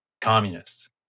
communists